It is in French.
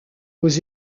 aux